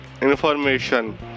information